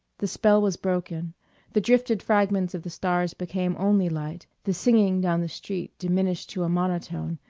the spell was broken the drifted fragments of the stars became only light, the singing down the street diminished to a monotone,